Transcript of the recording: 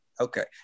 Okay